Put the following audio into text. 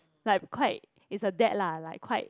like quite is a dad lah like quite